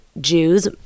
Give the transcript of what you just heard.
Jews